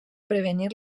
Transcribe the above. prevenir